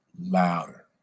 louder